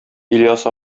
ильяс